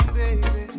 baby